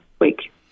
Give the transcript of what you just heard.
week